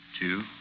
two